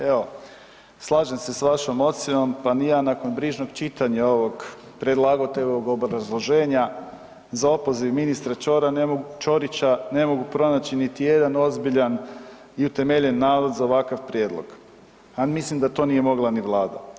Evo slažem se s vašom ocjenom, pa ni ja nakon brižnog čitanja ovog predlagateljevog obrazloženja za opoziv ministra Ćorića ne mogu pronaći niti jedan ozbiljan i utemeljen nalog za ovakav prijedlog, a mislim da to nije mogla ni vlada.